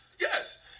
Yes